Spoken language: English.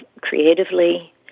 creatively